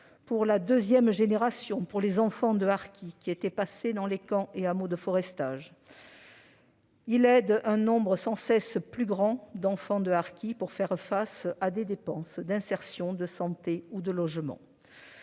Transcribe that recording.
pour la deuxième génération, pour les enfants de harkis ayant vécu dans les camps et hameaux de forestage. Nous aidons un nombre sans cesse croissant d'enfants de harkis à faire face à des dépenses d'insertion, de santé ou de logement.